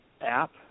app